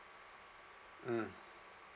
mm